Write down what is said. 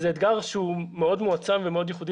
ואומר שזה אתגר שהוא מאוד מועצם ומאוד ייחודי